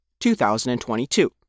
2022